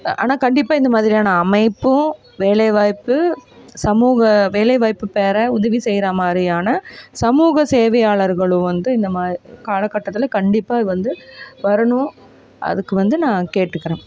ஆனால் கண்டிப்பாக இந்தமாதிரியான அமைப்பும் வேலை வாய்ப்பு சமூக வேலைவாய்ப்புப் பெற உதவி செய்கிறமாரியான சமூக சேவையாளர்களும் வந்து இந்தமாதிரி காலகட்டத்தில் கண்டிப்பாக வந்து வரணும் அதுக்கு வந்து நான் கேட்டுக்கிறேன்